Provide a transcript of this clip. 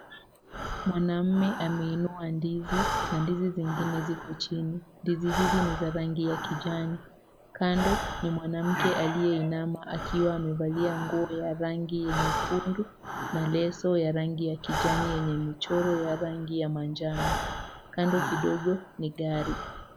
Mwanaume ameinua ndizi na ndizi zingine ziko chini. Ndizi hizi ni za rangi ya kijani. Kando ni mwanamke aliyeinama akiwa amevalia nguo ya rangi nyekundu na leso ya rangi ya kijani yenye michoro ya rangi ya manjano kando kidogo ni gari.